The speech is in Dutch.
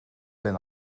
ben